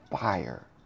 fire